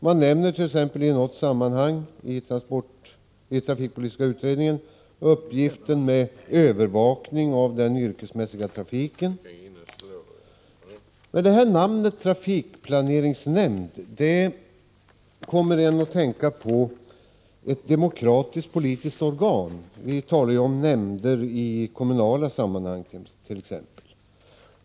Man nämner t.ex. i något sammanhang i trafikpolitiska utredningen uppgiften ”övervakning av den yrkesmässiga trafiken”. Namnet trafikplaneringsnämnd kommer en att tänka på ett demokratiskt politiskt organ — vi talar ju om nämnder i kommunala sammanhang t.ex.